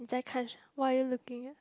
你在看什 what are you looking at